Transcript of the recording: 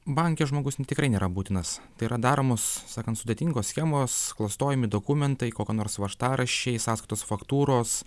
banke žmogus tikrai nėra būtinas tai yra daromos sakant sudėtingos schemos klastojami dokumentai kokio nors važtaraščiai sąskaitos faktūros